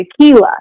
tequila